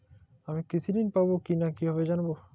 আমি কৃষি ঋণ পাবো কি না কিভাবে জানবো?